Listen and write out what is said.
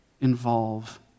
involve